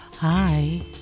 hi